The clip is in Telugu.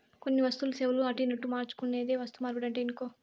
కొన్ని వస్తువులు, సేవలు అటునిటు మార్చుకునేదే వస్తుమార్పిడంటే ఇనుకో